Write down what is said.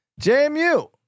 JMU